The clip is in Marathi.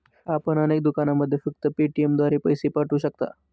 आपण अनेक दुकानांमध्ये फक्त पेटीएमद्वारे पैसे पाठवू शकता